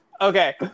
Okay